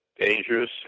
dangerous